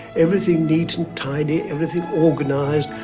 everything neat and tidy, everything organized,